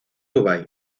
dubái